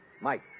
mike